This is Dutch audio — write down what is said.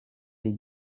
die